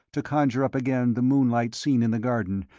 to conjure up again the moonlight scene in the garden,